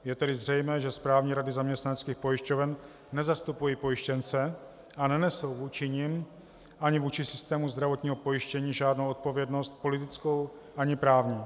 Je tedy zřejmé, že správní rady zaměstnaneckých pojišťoven nezastupují pojištěnce a nenesou vůči nim ani vůči systému zdravotního pojištění žádnou odpovědnost politickou ani právní.